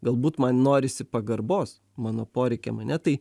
galbūt man norisi pagarbos mano poreikiai mane tai